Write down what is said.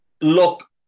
look